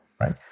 right